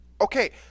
Okay